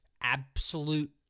absolute